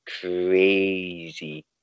crazy